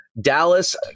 Dallas